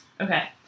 Okay